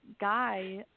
guy